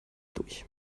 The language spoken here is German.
durch